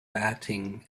batting